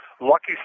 Lucky